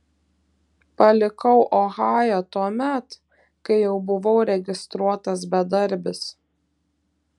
palikau ohają tuomet kai jau buvau registruotas bedarbis